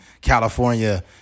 California